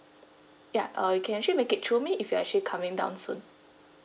ya uh you can actually make it through me if you're actually coming down soon